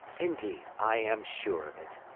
indeed, i am sure of it.